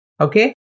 okay